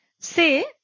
Say